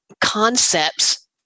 concepts